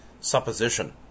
supposition